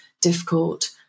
difficult